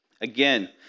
Again